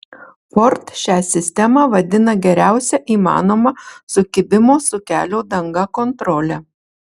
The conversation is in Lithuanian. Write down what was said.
ford šią sistemą vadina geriausia įmanoma sukibimo su kelio danga kontrole